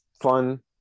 fun